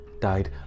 Died